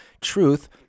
truth